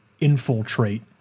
infiltrate